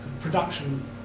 production